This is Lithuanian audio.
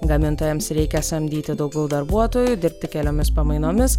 gamintojams reikia samdyti daugiau darbuotojų dirbti keliomis pamainomis